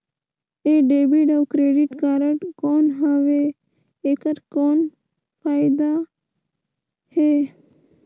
ये डेबिट अउ credit card कौन हवे एकर कौन फाइदा हे?